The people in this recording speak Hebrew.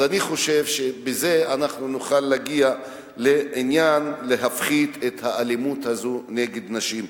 אני חושב שבזה נוכל להפחית את האלימות הזאת נגד נשים,